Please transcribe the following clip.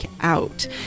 out